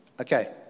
Okay